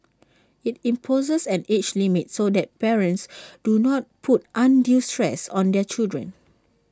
IT imposes an age limit so parents do not put undue stress on their children